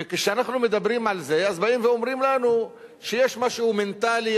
כשאנחנו מדברים על זה באים ואומרים לנו שיש משהו מנטלי,